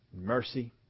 mercy